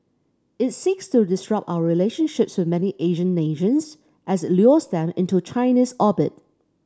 it seeks to disrupt our relationships with many Asian nations as it lures them into China's orbit